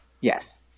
Yes